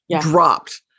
dropped